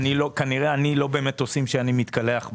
כנראה אני לא במטוסים שאני מתקלח בהם...